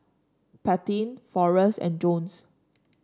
Paityn Forrest and Jones